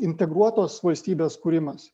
integruotos valstybės kūrimas